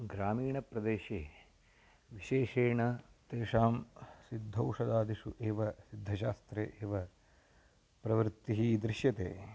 ग्रामीणप्रदेशे विशेषेण तेषां सिद्धौषदादिषु एव सिद्धशास्त्रे एव प्रवृत्तिः दृश्यते